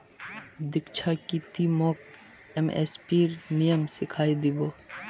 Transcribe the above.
दीक्षा की ती मोक एम.एस.पीर नियम समझइ दी बो